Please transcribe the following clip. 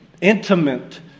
intimate